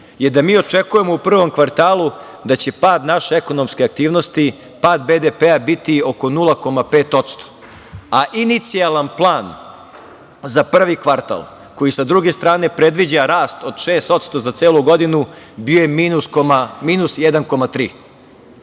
je da mi očekujemo u prvom kvartalu da će pad naše ekonomske aktivnosti, pad BDP-a biti oko 0,5%, a inicijalan plan za prvi kvartal, koji sa druge strane predviđa rast od 6% za celu godinu, bio je minus 1,3.